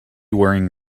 wearing